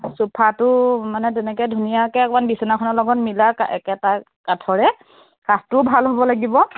চোফাটো মানে তেনেকৈ ধুনীয়াকৈ অকণমান বিছনাখনৰ লগত মিলাকৈ একেটা কাঠৰে কাঠটোও ভাল হ'ব লাগিব